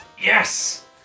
Yes